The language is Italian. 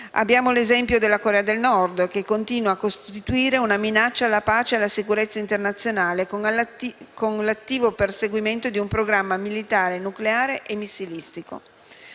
abbiamo l'esempio della Corea del Nord, che continua a costituire una minaccia alla pace e alla sicurezza internazionale con l'attivo perseguimento di un programma militare, nucleare e missilistico.